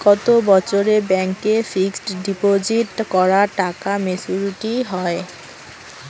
কত বছরে ব্যাংক এ ফিক্সড ডিপোজিট করা টাকা মেচুউরিটি হয়?